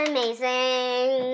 Amazing